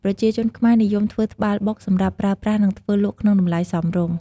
ប្រជាជនខ្មែរនិយមធ្វើត្បាល់បុកសម្រាប់ប្រើប្រាស់ និងធ្វើលក់ក្នុងតម្លៃរសមរម្យ។